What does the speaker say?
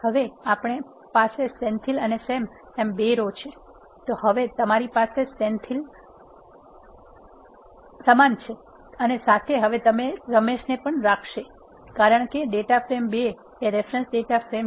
હવે આપણી પાસે સેન્થીલ અને સેમ એમ બે રો pd મા સમાન છે અને સાથે હવે તે રમેશ ને પણ રાખશે કારણ કે ડેટા ફ્રેમ ૨ એ રેફરન્સ ડેટા ફ્રેમ છે